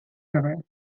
river